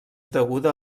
deguda